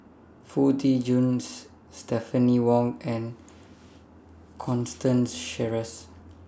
Foo Tee Jun Stephanie Wong and Constance Sheares